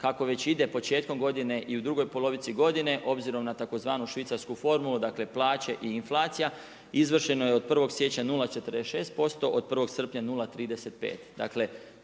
kako već ide početkom godine i u drugoj polovici godine obzirom na tzv. švicarsku formulu, dakle plaće i inflacija izvršeno je od 1. siječnja 0,46% od 1. srpnja 0,35.